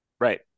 Right